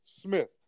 Smith